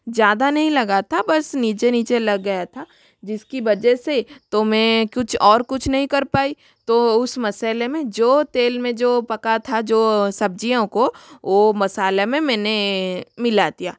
ज़्यादा नहीं लगा था बस नीचे नीचे लग गया था जिसकी वजह से तो मैं कुछ और कुछ नहीं कर पाई तो उस मसाले में जो तेल में जो पका था जो सब्ज़ियों को वो मसाले में मैंने मिला दिया